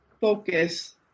focus